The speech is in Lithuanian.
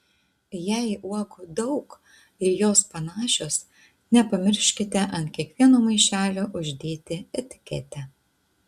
jei uogų daug ir jos panašios nepamirškite ant kiekvieno maišelio uždėti etiketę